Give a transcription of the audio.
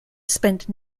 spent